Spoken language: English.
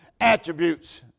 attributes